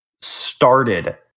started